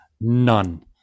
None